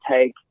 take